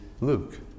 Luke